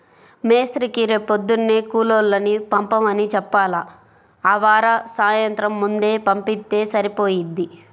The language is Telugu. మేస్త్రీకి రేపొద్దున్నే కూలోళ్ళని పంపమని చెప్పాల, ఆవార సాయంత్రం ముందే పంపిత్తే సరిపోయిద్ది